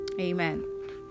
Amen